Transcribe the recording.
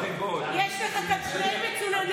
יש לך כאן שני מצוננים,